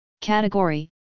Category